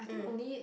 mm